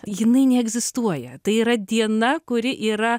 jinai neegzistuoja tai yra diena kuri yra